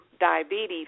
diabetes